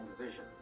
vision